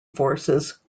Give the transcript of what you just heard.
forces